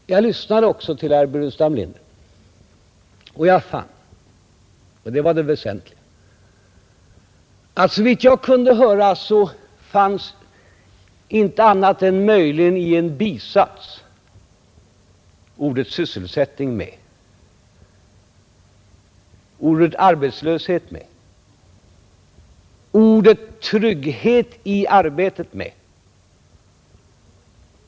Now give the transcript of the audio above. När jag lyssnade på herr Burenstam Linder fanns — och det var det väsentliga — såvitt jag kunde höra inte annat än möjligen i en bisats orden Nr 53 ”sysselsättning”, ”arbetslöshet” och ”trygghet i arbetet” med.